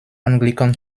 anglican